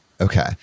Okay